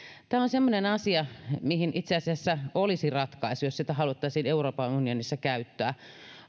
tämä on sellainen asia mihin itse asiassa olisi ratkaisu jos sitä haluttaisiin euroopan unionissa käyttää